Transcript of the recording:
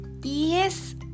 yes